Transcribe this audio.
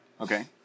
Okay